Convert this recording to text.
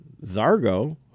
Zargo